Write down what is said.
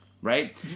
Right